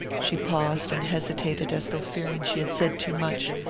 she paused and hesitated as though fearing she had said too much,